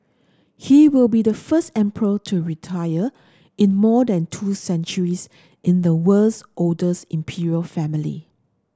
he will be the first emperor to retire in more than two centuries in the world's oldest imperial family